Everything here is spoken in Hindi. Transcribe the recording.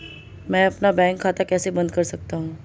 मैं अपना बैंक खाता कैसे बंद कर सकता हूँ?